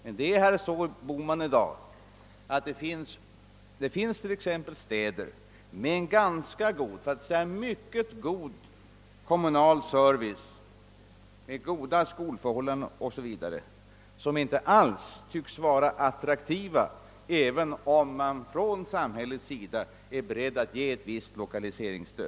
Men det förhåller sig så i dag, herr Bohman, att det t.ex. finns städer med en ganska god för att inte säga mycket god kommunal service med goda <skolförhållanden 0. S. V., som inte alls tycks vara attraktiva, även om man från samhällets sida är beredd att ge ett visst lokaliseringsstöd.